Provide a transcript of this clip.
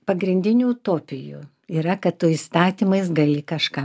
pagrindinių utopijų yra kad tu įstatymais gali kažką